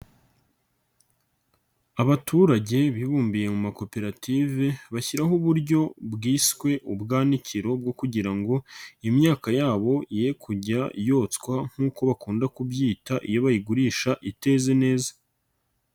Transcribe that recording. Abaturage bibumbiye mu makoperative bashyiraho uburyo bwiswe ubwanikiro bwo kugira ngo imyaka yabo ye kujya yotswa nkuko bakunda kubyita iyo bayigurisha iteze neza.